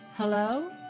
Hello